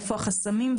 איפה החסמים,